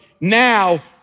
now